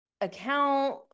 account